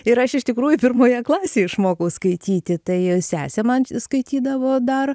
ir aš iš tikrųjų pirmoje klasėj išmokau skaityti tai sesė man č skaitydavo dar